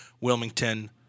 Wilmington